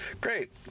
great